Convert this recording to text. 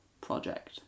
project